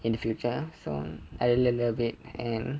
in the future so I really love it and